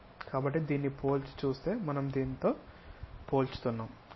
కాబట్టి దీన్ని పోల్చి చూస్తే మనం దీన్ని పోల్చుతున్నాం